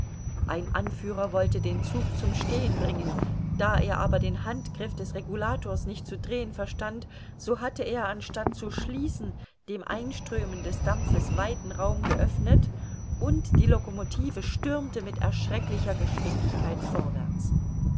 ein anführer wollte den zug zum stehen bringen da er aber den handgriff des regulators nicht zu drehen verstand so hatte er anstatt zu schließen dem einströmen des dampfes weiten raum geöffnet und die locomotive stürmte mit erschrecklicher geschwindigkeit vorwärts